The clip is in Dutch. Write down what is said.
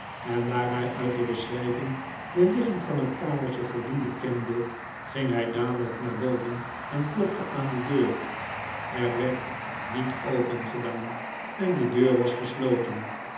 en daar hij uit de beschrijving de ligging van het kamertje voldoende kende ging hij dadelijk naar boven en klopte aan de deur er werd niet opengedaan en de deur was gesloten